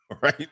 Right